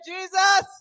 Jesus